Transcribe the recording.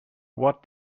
what